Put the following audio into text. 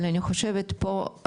אבל אני חושבת שפה,